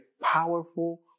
powerful